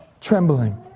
trembling